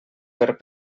pels